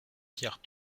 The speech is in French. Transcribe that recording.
pierres